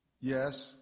Yes